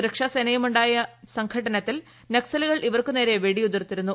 സുരക്ഷാസേനയുമായു ായ സൂര്ഘട്ടനത്തിൽ നക്സലുകൾ ഇവർക്കു നേരെ വെടിയുതിർത്തിരുന്നു